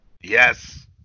Yes